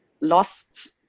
lost